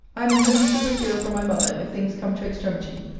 i am in hopes to procure from my mother, if things come to extremity,